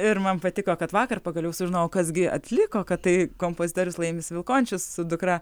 ir man patiko kad vakar pagaliau sužinojau kas gi atliko kad tai kompozitorius laimis vilkončius su dukra